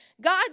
God